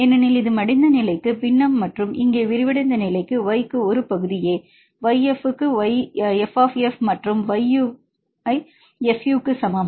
ஏனெனில் இது மடிந்த நிலைக்கு பின்னம் மற்றும் இங்கே விரிவடைந்த நிலைக்கு y க்கு ஒரு பகுதியே y f க்கு fF மற்றும் yu ஐ fU க்கு சமம்